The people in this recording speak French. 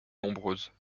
nombreuses